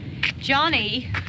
Johnny